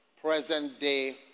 present-day